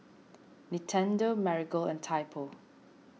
Nintendo Marigold and Typo